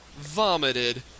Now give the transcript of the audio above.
vomited